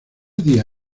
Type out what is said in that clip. día